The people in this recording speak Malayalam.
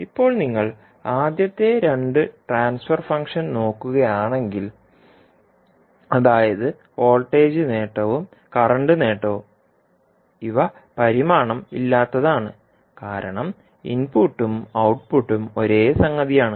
ഇപ്പോൾ നിങ്ങൾ ആദ്യത്തെ രണ്ട് ട്രാൻസ്ഫർ ഫംഗ്ഷൻ നോക്കുകയാണെങ്കിൽ അതായത് വോൾട്ടേജ് നേട്ടവും കറന്റ് നേട്ടവും ഇവ പരിമാണം ഇല്ലാത്തതാണ് കാരണം ഇൻപുട്ടും ഔട്ട്പുട്ടും ഒരേ സംഗതിയാണ്